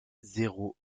zéro